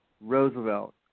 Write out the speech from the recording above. Roosevelt